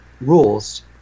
rules